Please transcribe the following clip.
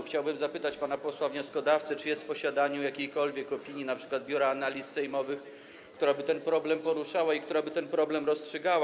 Chciałbym zapytać pana posła wnioskodawcę, czy jest w posiadaniu jakiejkolwiek opinii, np. Biura Analiz Sejmowych, która by ten problem poruszała czy rozstrzygała.